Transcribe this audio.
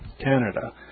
Canada